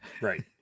Right